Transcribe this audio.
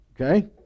Okay